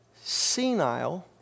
senile